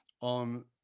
on